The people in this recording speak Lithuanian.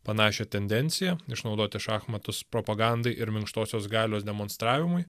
panašią tendenciją išnaudoti šachmatus propagandai ir minkštosios galios demonstravimui